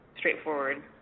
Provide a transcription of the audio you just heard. Straightforward